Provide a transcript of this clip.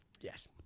Yes